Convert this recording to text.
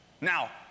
Now